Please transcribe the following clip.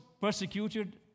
persecuted